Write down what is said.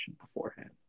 beforehand